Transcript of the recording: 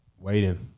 Waiting